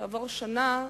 כעבור שנה,